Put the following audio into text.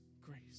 grace